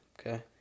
okay